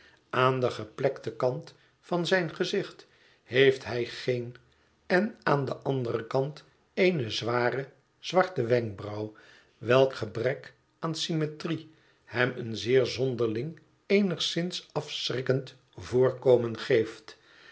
aan den geplekten kant van zijn gezicht heeft hij geen en aan den anderen kant eene zware zwarte wenkbrauw welk gebrek aan symmetrie hem een zeer zonderling eenigszins afschrikkend voorkomen geeft